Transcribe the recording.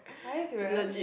are you serious